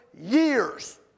years